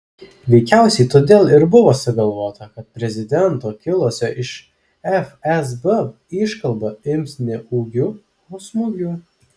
veikiausiai todėl ir buvo sugalvota kad prezidento kilusio iš fsb iškalba ims ne ūgiu o smūgiu